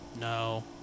No